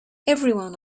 everyone